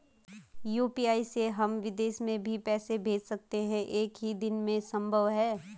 UPI से हम विदेश में भी पैसे भेज सकते हैं एक ही दिन में संभव है?